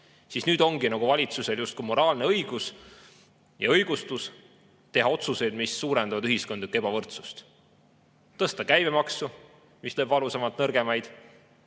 Nüüd on valitsusel justkui moraalne õigus ja õigustus teha otsuseid, mis suurendavad ühiskondlikku ebavõrdsust: tõsta käibemaksu, mis lööb valusamalt nõrgemaid,